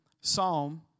Psalm